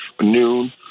noon